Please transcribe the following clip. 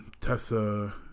Tessa